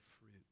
fruit